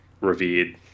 revered